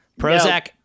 Prozac